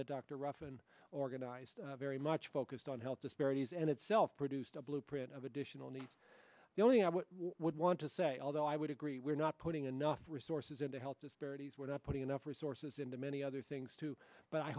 roughen organized very much focused on health disparities and itself produced a blueprint of additional needs only i would want to say although i would agree we're not putting enough resources into health disparities we're not putting enough resources into many other things too but i